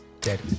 dead